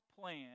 plan